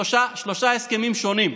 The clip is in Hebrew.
על שלושה הסכמים שונים,